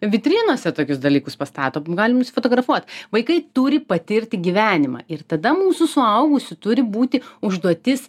vitrinose tokius dalykus pastato galim nusifotografuot vaikai turi patirti gyvenimą ir tada mūsų suaugusių turi būti užduotis